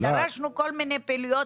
דרשנו כל מיני פעילויות.